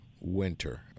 winter